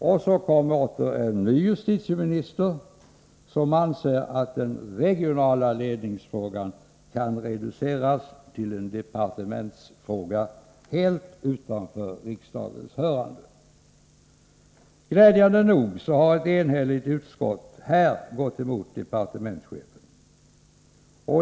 Därefter kom det återigen" en”ny justitieminister, som anser att den regionala ledningsfrågan” kan reduceras till en 'departementsfråga, som inte kräver riksdagens hörande: Glädjande nog här idetta fall ett enhälligt utskott gått emot departementschefen.